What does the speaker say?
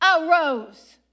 arose